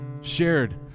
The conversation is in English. shared